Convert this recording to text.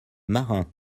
marin